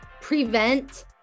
prevent